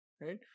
right